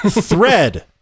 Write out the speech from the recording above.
Thread